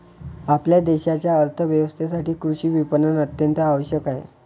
आपल्या देशाच्या अर्थ व्यवस्थेसाठी कृषी विपणन अत्यंत आवश्यक आहे